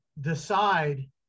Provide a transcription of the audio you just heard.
decide